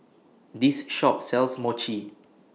This Shop sells Mochi